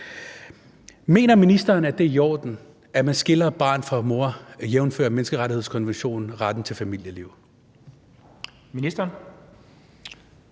Mener ministeren, at det er i orden, at man skiller et barn fra sin mor, jævnfør menneskerettighedskonventionens artikel om retten til familieliv? Kl.